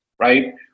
Right